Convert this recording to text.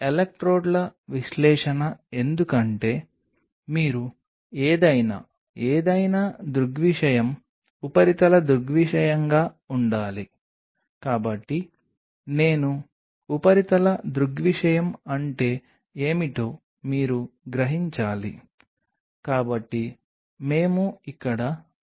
కాబట్టి మీరు దీన్ని గుర్తుంచుకుంటే మీ అమైనో ఆమ్లాలు ఒక వైపు కూ టెర్మినల్ను కలిగి ఉన్నట్లుగా ఎలా కనిపిస్తాయో అది అమైనో సమూహాలు మరొక వైపు ఉంటుంది మరియు దీనికి ఇక్కడ R సమూహం ఉంది మరియు దానికి ఇక్కడ H ఉంది